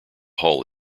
hull